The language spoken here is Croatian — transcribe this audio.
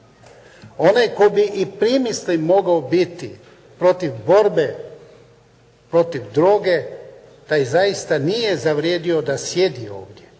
Onaj tko bi i u primisli mogao biti protiv borbe protiv droge taj zaista nije zavrijedio da sjedi ovdje,